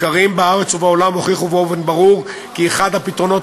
מחקרים בארץ ובעולם הוכיחו באופן ברור כי אחד הפתרונות